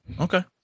Okay